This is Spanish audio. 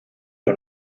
los